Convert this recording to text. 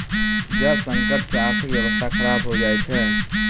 जल संकट से आर्थिक व्यबस्था खराब हो जाय छै